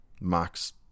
Max